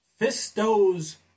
Fisto's